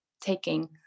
taking